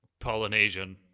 Polynesian